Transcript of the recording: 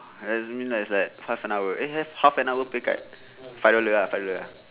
has means like is that half an hour eh have half an hour pay cut five dollar ah five dollar